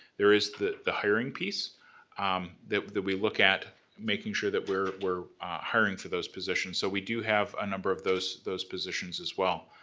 there is the the hiring piece um that we look at making sure that we're we're hiring for those positions so we do have a number of those those positions as well.